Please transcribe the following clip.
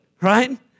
right